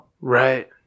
Right